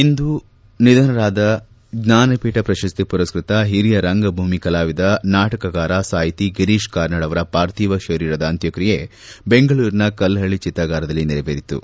ಇಂದು ನಿಧನರಾಗಿದ್ದ ಜ್ವಾನ ಪೀಠ ಪ್ರಶಸ್ತಿ ಮರಸ್ಟತ ಹಿರಿಯ ರಂಗಭೂಮಿ ಕಲಾವಿದ ನಾಟಕಕಾರ ಸಾಹಿತಿ ಗಿರೀಶ್ ಕಾರ್ನಾಡ್ ಅವರ ಪಾರ್ಥಿವ ಶರೀರದ ಅಂತ್ಯಕ್ರಿಯೆ ಬೆಂಗಳೂರಿನ ಕಲ್ಲಹಳ್ಳಿ ಚಿತ್ತಾಗಾರದಲ್ಲಿ ನೆರವೇರಿತು